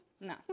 No